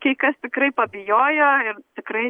kai kas tikrai pabijojo ir tikrai